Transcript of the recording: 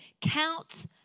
count